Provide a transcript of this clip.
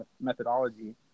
methodology